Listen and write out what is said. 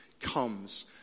comes